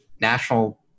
national